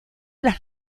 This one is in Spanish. las